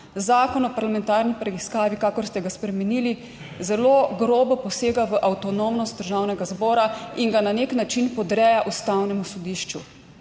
Zakon o parlamentarni preiskavi, kakor ste ga spremenili, zelo grobo posega v avtonomnost državnega zbora in ga na nek način podreja Ustavnemu sodišču.